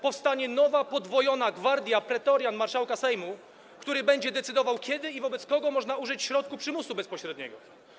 Powstanie nowa, podwojona gwardia pretorian marszałka Sejmu, który będzie decydował, kiedy i wobec kogo można użyć środków przymusu bezpośredniego.